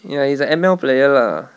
ya he's a M_L player lah